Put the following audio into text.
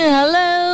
Hello